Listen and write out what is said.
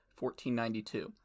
1492